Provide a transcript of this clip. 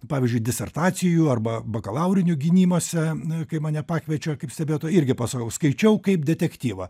pavyzdžiui disertacijų arba bakalaurinių gynimuose na kai mane pakviečiau kaip stebėtoją irgi pasakau skaičiau kaip detektyvą